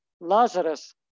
Lazarus